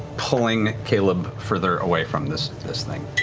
pulling caleb further away from this this thing.